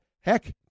Heck